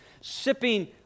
sipping